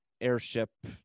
airship